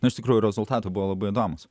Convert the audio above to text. iš tikrųjų rezultatų buvo labai įdomūs